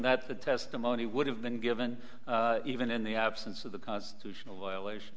that the testimony would have been given even in the absence of the constitutional violation